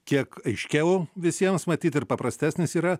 kiek aiškiau visiems matyt ir paprastesnis yra